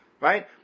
right